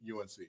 UNC